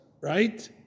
right